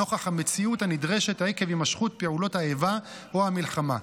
נוכח המציאות הנדרשת עקב הימשכות פעולות האיבה או המלחמה.